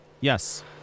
Yes